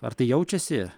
ar tai jaučiasi